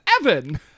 Evan